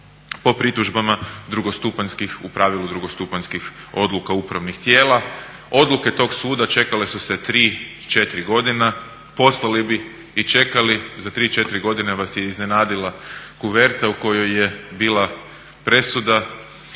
drugostupanjskih u pravilu drugostupanjskih odluka upravnih tijela. Odluke tog suda čekale su se 3, 4 godine poslali bi i čekali za 3, 4 godine vas je iznenadila kuverta u kojoj je bila presuda